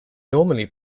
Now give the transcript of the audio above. normally